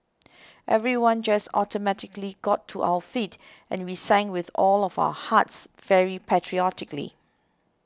everyone just automatically got to our feet and we sang with all of our hearts very patriotically